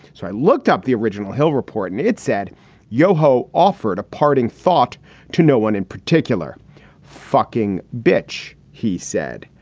so i looked up the original hill report and it said yoho offered a parting thought to no one in particular fucking bitch. he said,